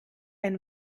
ein